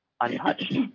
untouched